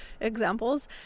examples